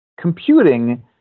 Computing